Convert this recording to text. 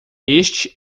este